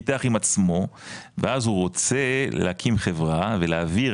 פיתח עם עצמו ואז הוא רוצה להקים חברה ולהעביר